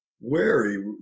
wary